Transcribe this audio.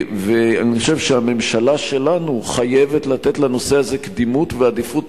אני חושב שהממשלה שלנו חייבת לתת לנושא הזה קדימות ועדיפות